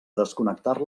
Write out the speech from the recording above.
desconnectar